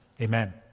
Amen